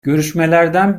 görüşmelerden